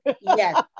Yes